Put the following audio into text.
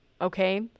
okay